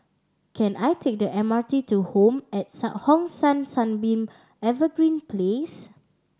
can I take the M R T to Home at Hong San Sunbeam Evergreen Place